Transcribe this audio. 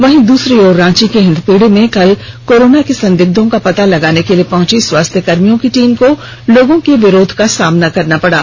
वहीं दसरी तरफ रांची के हिन्दपीढी में कल कोराना के संदिग्धों का पता लगाने के लिए पहुंची स्वास्थ्यकर्मियों की टीम को लोगों के विरोध का सामना करना पड़ा